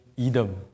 Edom